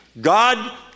God